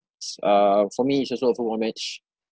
s~ uh for me it's also a football match